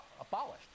abolished